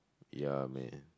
ya man